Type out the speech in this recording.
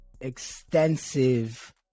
extensive